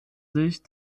sich